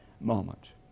moment